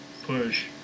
Push